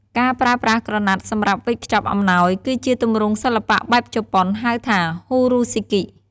ការប្រើប្រាស់ក្រណាត់សម្រាប់វេចខ្ចប់អំណោយ គឺជាទម្រង់សិល្បៈបែបជប៉ុនហៅថា "ហ៊ូរ៉ូស៊ីគី"។